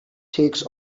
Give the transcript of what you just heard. takes